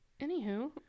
Anywho